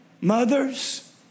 mothers